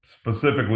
specifically